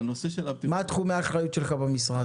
מה תחומי האחריות שלך במשרד?